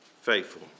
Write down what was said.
faithful